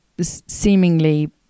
seemingly